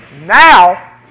now